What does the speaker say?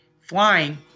flying